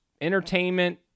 entertainment